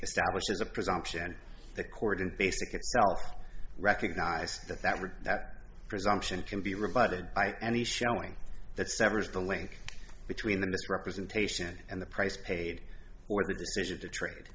establishes a presumption the court didn't basically recognize that that would that presumption can be rebutted by any showing that severs the link between the misrepresentation and the price paid or the decision to trade